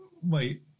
Wait